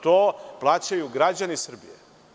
To plaćaju građani Srbije.